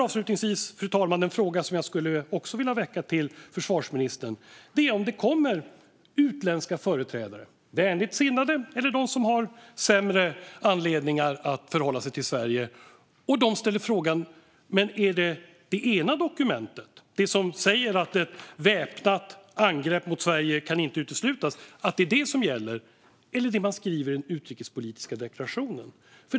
Avslutningsvis: Vad svarar försvarsministern de utländska företrädare, vänligt sinnade eller med sämre förhållningssätt till Sverige, som frågar om det är dokumentet som säger att ett väpnat angrepp mot Sverige inte kan uteslutas eller utrikespolitiska deklarationen som gäller?